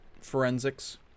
forensics